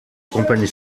compagnie